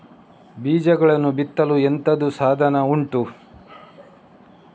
ಬೀಜಗಳನ್ನು ಬಿತ್ತಲು ಎಂತದು ಸಾಧನ ಉಂಟು?